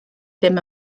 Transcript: ddim